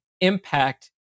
impact